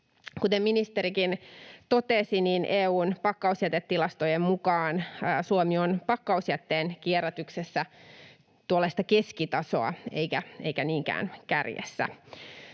Kuten ministerikin totesi, EU:n pakkausjätetilastojen mukaan Suomi on pakkausjätteen kierrätyksessä tuollaista keskitasoa eikä niinkään kärjessä.